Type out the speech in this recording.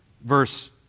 Verse